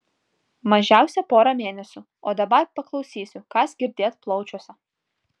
mažiausia porą mėnesių o dabar paklausysiu kas girdėt plaučiuose